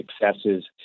successes